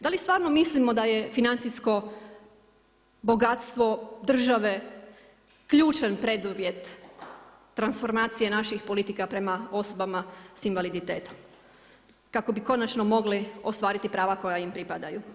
Da li stvarno mislimo da je financijsko bogatstvo države ključan preduvjet transformacije naših politika prema osobama sa invaliditetom kako bi konačno mogli ostvariti prava koja im pripadaju?